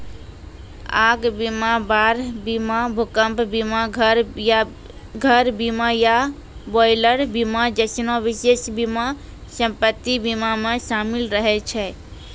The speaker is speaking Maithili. आग बीमा, बाढ़ बीमा, भूकंप बीमा, घर बीमा या बॉयलर बीमा जैसनो विशेष बीमा सम्पति बीमा मे शामिल रहै छै